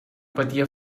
patia